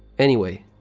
anyway,